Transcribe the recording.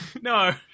No